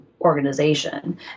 organization